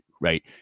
right